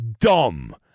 Dumb